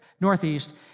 northeast